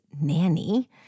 nanny